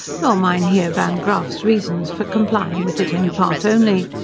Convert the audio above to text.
nor mynheer van graaffe's reasons for complying with it in part only.